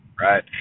right